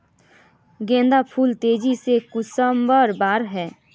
गेंदा फुल तेजी से कुंसम बार से?